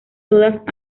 todas